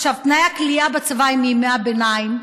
תנאי הכליאה בצבא הם מימי הביניים.